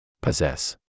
Possess